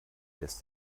lässt